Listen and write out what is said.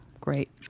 Great